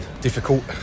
difficult